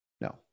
No